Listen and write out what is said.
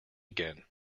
again